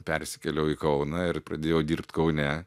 persikėliau į kauną ir pradėjau dirbt kaune